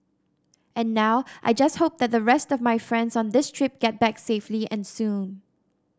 and now I just hope that the rest of my friends on this trip get back safely and soon